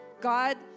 God